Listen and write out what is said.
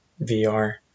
VR